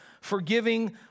forgiving